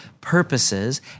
purposes